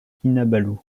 kinabalu